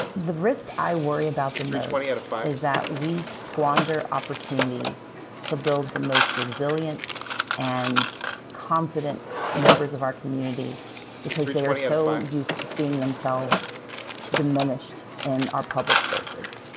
the risk i worry about the most is that we squander opportunities to build the most resilient and confident members of our community because they are so used to seeing themselves diminished in our public spaces.